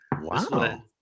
Wow